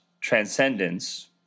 transcendence